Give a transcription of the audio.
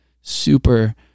Super